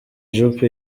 juppé